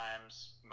times